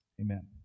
Amen